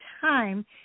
time